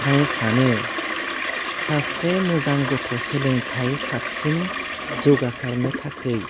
आं सानो सासे मोजां गथ' सोलोंथाइ साबसिन जौगासारनो थाखै